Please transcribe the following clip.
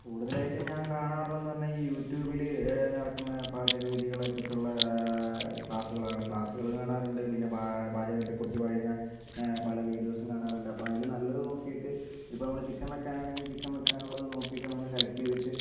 കൂടുതലായിട്ടും ഞാൻ കാണാറുള്ളതെന്ന് പറഞ്ഞാൽ ഈ യൂട്യൂബിൽ നടക്കുന്ന പാചകവിദ്യകളെക്കുറിച്ചുള്ള ക്ലാസ്സുകളാണ് ക്ലാസ്സുകൾ കാണാറുണ്ട് പിന്നെ പാ പാചകത്തെക്കുറിച്ച് പറയുന്ന പല വിഡിയോസും കാണാറുണ്ട് അപ്പോൾ അതിൽ നല്ലത് നോക്കീട്ട് ഇപ്പം നമ്മൾ ചിക്കൻ വെക്കാനാണെങ്കിൽ ചിക്കൻ വെക്കാനുള്ളത് നോക്കീട്ട് നമ്മൾ സെലക്ട് ചെയ്തിട്ട്